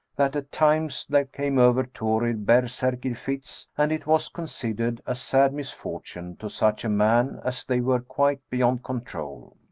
that at times there came over thorir berserkr fits, and it was considered a sad misfortune to such a man, as they were quite beyond control.